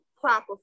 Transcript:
proper